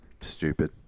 Stupid